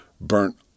burnt